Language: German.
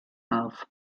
auf